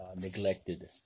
neglected